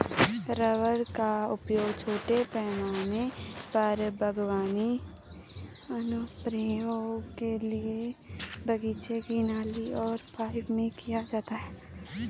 rubber का उपयोग छोटे पैमाने पर बागवानी अनुप्रयोगों के लिए बगीचे की नली और पाइप में किया जाता है